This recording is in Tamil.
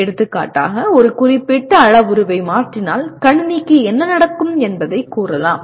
எடுத்துக்காட்டாக ஒரு குறிப்பிட்ட அளவுருவை மாற்றினால் கணினிக்கு என்ன நடக்கும் என்பதை கூறலாம்